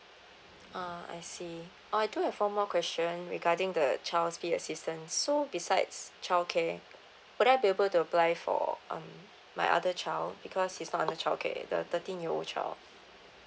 uh I see uh I do have one more question regarding the child's be assistance so besides childcare would I be able to apply for um my other child because he's not under childcare the thirteen year old child